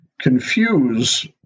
confuse